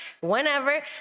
whenever